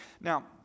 Now